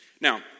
Now